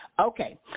Okay